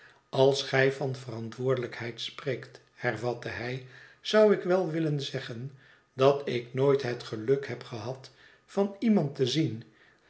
als gij van verantwoordelijkheid spreekt hervatte hij zou ik wel willen zeggen dat ik nooit het geluk heb gehad van iemand te zien